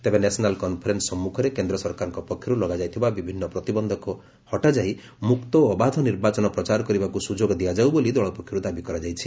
ତେବେ national conference ସମ୍ମୁଖରେ କେନ୍ଦ୍ର ସରକାରଙ୍କ ପକ୍ଷରୁ ଲଗା ଯାଇଥିବା ବିଭିନ୍ନ ପ୍ରତିବନ୍ଧକ ହଟାଯାଇ ମୁକ୍ତ ଓ ଅବାଧ ନିର୍ବାଚନ ପ୍ରଚାର କରିବାକୁ ସୁଯୋଗ ଦିଆଯାଉ ବୋଲି ଦଳ ପକ୍ଷରୁ ଦାବି କରାଯାଇଛି